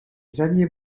xavier